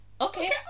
okay